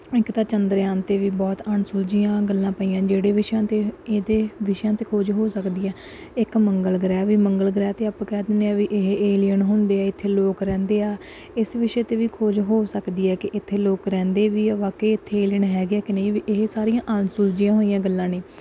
ਇੱਕ ਤਾਂ ਚੰਦਰਯਾਨ 'ਤੇ ਵੀ ਬਹੁਤ ਅਣਸੁਲਝੀਆਂ ਗੱਲਾਂ ਪਈਆਂ ਜਿਹੜੇ ਵਿਸ਼ਿਆਂ 'ਤੇ ਇਹ 'ਤੇ ਵਿਸ਼ਿਆਂ 'ਤੇ ਖੋਜ ਹੋ ਸਕਦੀ ਆ ਇੱਕ ਮੰਗਲ ਗ੍ਰਹਿ ਵੀ ਮੰਗਲ ਗ੍ਰਹਿ 'ਤੇ ਆਪਾਂ ਕਹਿ ਦਿੰਦੇ ਹਾਂ ਵੀ ਇਹ ਏਲੀਅਨ ਹੁੰਦੇ ਇੱਥੇ ਲੋਕ ਰਹਿੰਦੇ ਆ ਇਸ ਵਿਸ਼ੇ 'ਤੇ ਵੀ ਖੋਜ ਹੋ ਸਕਦੀ ਹੈ ਕਿ ਇੱਥੇ ਲੋਕ ਰਹਿੰਦੇ ਵੀ ਹੈ ਵਾਕਏ ਇੱਥੇ ਏਲੀਅਨ ਹੈਗੇ ਹੈ ਕਿ ਨਹੀਂ ਇਹ ਸਾਰੀਆਂ ਅਣਸੁਲਝੀਆਂ ਹੋਈਆਂ ਗੱਲਾਂ ਨੇ